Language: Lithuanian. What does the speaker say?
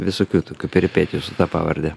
visokių tokių peripetijų su ta pavarde